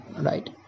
Right